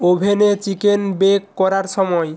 ওভেনে chicken bake করার সময়